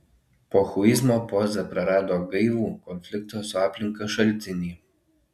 pochuizmo poza prarado gaivų konflikto su aplinka šaltinį